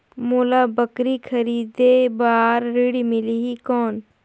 मोला बकरी खरीदे बार ऋण मिलही कौन?